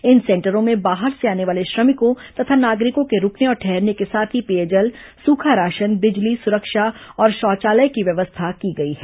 इन सेंटरों में बाहर से आने वाले श्रमिकों तथा नागरिकों के रूकने और ठहरने के साथ ही पेयजल सूखा राशन बिजली सुरक्षा और शौचालय की व्यवस्था की गई है